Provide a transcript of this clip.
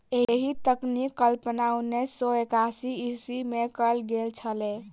एहि तकनीकक कल्पना उन्नैस सौ एकासी ईस्वीमे कयल गेल छलै